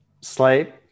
sleep